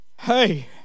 hey